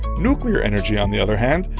nuclear energy, on the other hand,